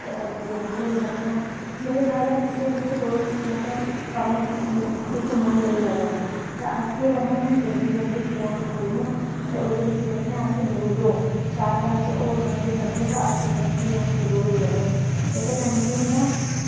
game खेली सकनेआं जिल्लै साढ़ा किसे बिच कोई मतलब कम्म बिच मतलब मन नेईं लग्गा दा ते अस केह् करने होन्ने जल्दी जल्दी फोन खोलने आं ते ओह्दे बिच दिक्खनेआं अस लूडो चार पंज और बंदे सद्दे तां अस गेम खेलना शुरू होई जन्नेआं एह्दे कन्नै केह् होंदा